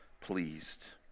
pleased